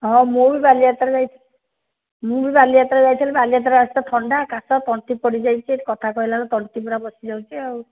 ହଁ ମୁଁ ବି ବାଲିଯାତ୍ରା ଯାଇଛି ମୁଁ ବି ବାଲିଯାତ୍ରା ଯାଇଥିଲି ବାଲିଯାତ୍ରା ଆସିକି ତ ଥଣ୍ଡା କାଶ ତଣ୍ଟି ପଡ଼ିଯାଇଛି କଥା କହିଲା ବେଳକୁ ତଣ୍ଟି ପୂରା ବସି ଯାଉଛି ଆଉ